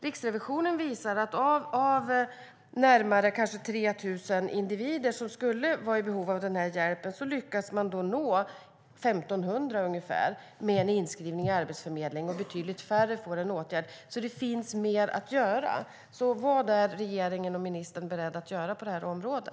Riksrevisionen visar att av närmare 3 000 individer som skulle vara i behov av sådan hjälp lyckas man nå ungefär 1 500 med inskrivning hos Arbetsförmedlingen, och betydligt färre får en åtgärd. Det finns alltså mer att göra. Vad är regeringen och ministern beredda att göra på detta område?